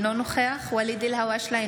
אינו נוכח ואליד אלהואשלה,